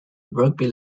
rugby